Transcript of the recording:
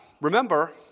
remember